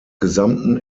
gesamten